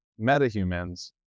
metahumans